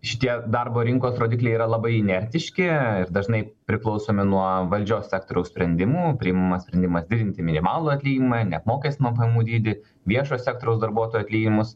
šitie darbo rinkos rodikliai yra labai inertiški ir dažnai priklausomi nuo valdžios sektoriaus sprendimų priimamas sprendimas didinti minimalų atlyginimą neapmokestinamą pajamų dydį viešojo sektoriaus darbuotojų atlyginimus